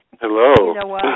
Hello